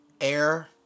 air